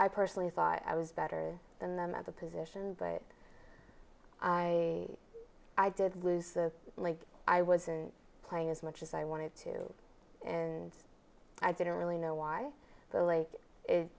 i personally thought i was better than them at the position but i i did lose the like i wasn't playing as much as i wanted to and i didn't really know why